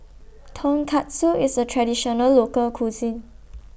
Tonkatsu IS A Traditional Local Cuisine